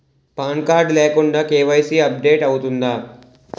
Pan card లేకుండా KYC update అవుతుందా?